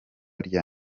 rya